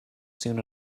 soon